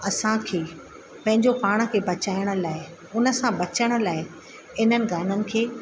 असांखे पंहिंजो पाण खे बचाइण लाइ उन सां बचण लाइ हिननि गाननि खे